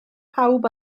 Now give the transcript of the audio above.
pawb